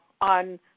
on